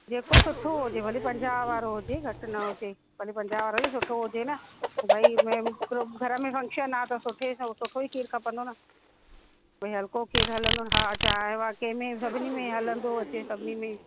जेको सुठो हुजेव भले पंजाहं वारो हुजे घटि न हुजे भले पंजाह वारो सुठो हुजे न भई मेह प्रो घर में फंक्शन आहे त सुठे सां सुठो ई खीर खपंदो न भई हल्को खीर हलंदो न हा चांहि वा कंहिंमें सभिनी में हलंदो अचे सभिनी में